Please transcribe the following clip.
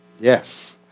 Yes